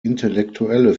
intellektuelle